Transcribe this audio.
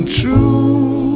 true